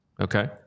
Okay